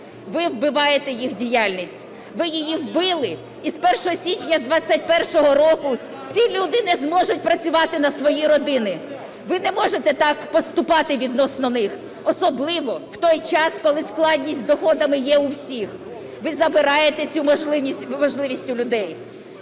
Ви вбиваєте їх діяльність. Ви її вбили і з 1 січня 21-го року ці люди не зможуть працювати на свої родини. Ви не можете так поступати відносно них, особливо в той час, коли складність з доходами є у всіх. Ви забираєте цю можливість у людей.